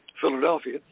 Philadelphia